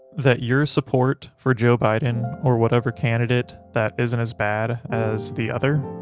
that your support for joe biden, or whatever candidate that isn't as bad as the other,